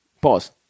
Pause